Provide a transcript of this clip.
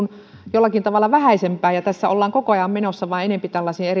jollakin tavalla vähäisempiä ja tässä ollaan vain koko ajan menossa enempi